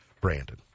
Brandon